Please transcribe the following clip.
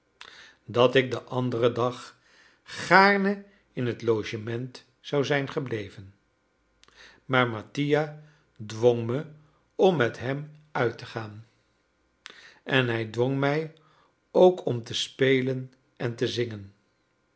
dat ik den anderen dag gaarne in het logement zou zijn gebleven maar mattia dwong me om met hem uit te gaan en hij dwong mij ook om te spelen en te zingen